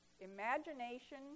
imagination